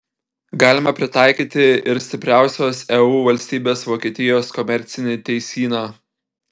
galima pritaikyti ir stipriausios eu valstybės vokietijos komercinį teisyną